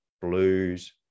blues